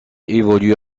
évolue